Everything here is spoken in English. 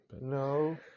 No